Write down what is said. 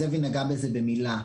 זאב נגע בזה במילה,